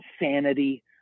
insanity